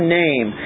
name